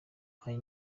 hari